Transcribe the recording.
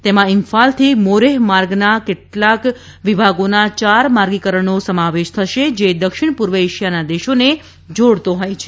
તેમાં ઇમ્ફાલથી મોરેહ માર્ગના કેટલાક વિભાગોનાચાર માર્ગીકરણનો સમાવેશ થશે જે દક્ષિણ પૂર્વ એશિયાના દેશોને જોડતો હોય છે